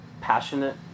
Passionate